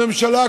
הממשלה,